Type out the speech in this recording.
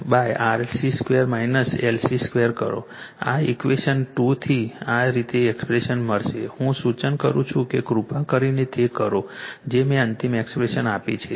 આ ઇક્વેશન 2 થી આ રીતે એક્સપ્રેશન મળશે હું સૂચન કરું છું કે કૃપા કરીને તે કરો જે મેં અંતિમ એક્સપ્રેશન આપી છે